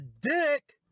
dick